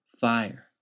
fire